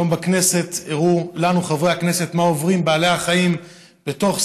היום בכנסת הראו לנו חברי הכנסת מה עוברים בעלי החיים בסרטון.